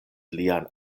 lian